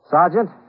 Sergeant